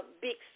big